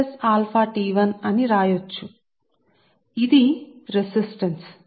సరే ఇప్పుడు ఇది మీది మీరు దీనిని పిలుస్తున్నది రెసిస్టెన్స్